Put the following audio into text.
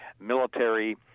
military